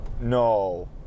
no